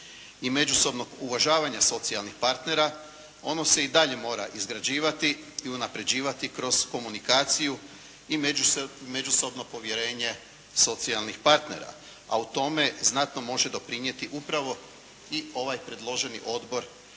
i međusobnog uvažavanja socijalnih partnera ono se i dalje mora izgrađivati i unapređivati kroz komunikaciju i međusobno povjerenje socijalnih partnera a u tome znatno može doprinijeti upravo i ovaj predloženi Odbor